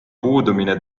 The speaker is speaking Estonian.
puudumine